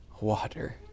water